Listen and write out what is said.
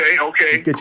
okay